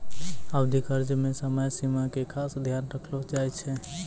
अवधि कर्ज मे समय सीमा के खास ध्यान रखलो जाय छै